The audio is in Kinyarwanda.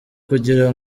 kugira